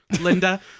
linda